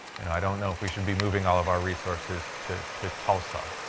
and i don't know if we should be moving all of our resources to to tulsa.